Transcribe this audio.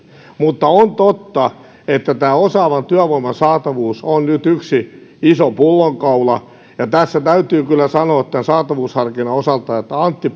mutta on totta että osaavan työvoiman saatavuus on nyt yksi iso pullonkaula ja täytyy kyllä sanoa tämän saatavuusharkinnan osalta että antti